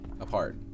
apart